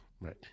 Right